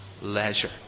leisure